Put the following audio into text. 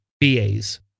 BAs